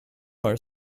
are